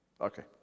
Okay